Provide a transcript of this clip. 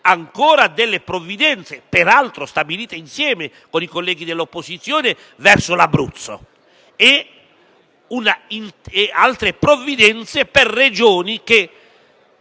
ancora provvidenze, peraltro stabilite insieme, con i colleghi dell'opposizione, verso l'Abruzzo, e altre provvidenze per Regioni che